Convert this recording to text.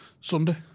Sunday